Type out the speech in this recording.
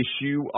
Issue